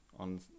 On